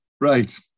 Right